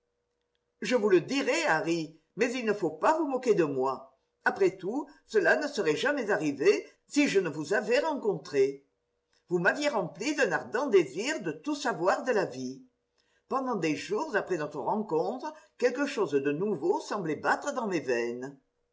je vous le dirai harry mais il ne faut pas vous moquer de moi après tout cela ne serait jamais arrivé si je ne vous avais rencontré vous m'aviez rempli d'un ardent désir de tout savoir de la vie pendant des jours après notre rencontre quelque chose de nouveau semblait battre dans mes veines